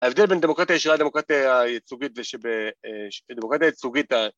ההבדל בין דמוקרטיה ישירה לדמוקרטיה הייצוגית, זה שבדמוקרטיה ייצוגית